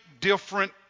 different